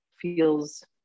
feels